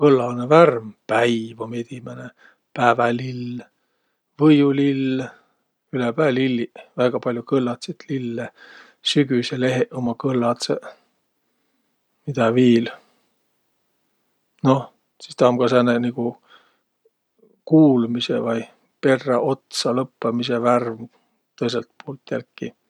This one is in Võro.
Kõllanõ värm: päiv um edimäne, päävälill, võiulill, ülepää lilliq, väega pall'o kõllatsit lille. Sügüseleheq ummaq kõlladsõq. Midä viil? Noh, sis tä um ka sääne nigu kuulmisõ vai perrä-, otsalõppõmisõ värm tõõsõlt puult jälki.